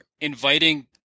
inviting